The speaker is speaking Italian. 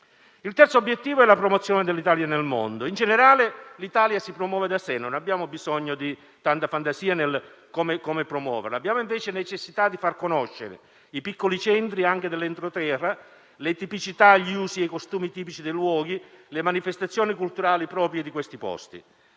Il terzo obiettivo è la promozione dell'Italia nel mondo. In generale, l'Italia si promuove da sé, non abbiamo bisogno di tanta fantasia. Abbiamo invece necessità di far conoscere i piccoli centri anche dell'entroterra, le tipicità, gli usi e i costumi tipici dei luoghi, le manifestazioni culturali proprie di quei posti.